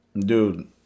Dude